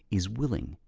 is willing,